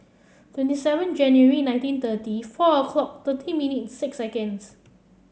twenty seven January nineteen thirty four o'clock thirty minute six seconds